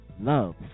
love